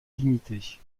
limitée